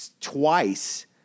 twice